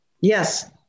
yes